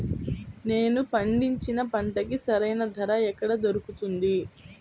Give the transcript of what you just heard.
నేను పండించిన పంటకి సరైన ధర ఎక్కడ దొరుకుతుంది?